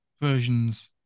versions